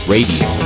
Radio